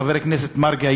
חבר הכנסת מרגי,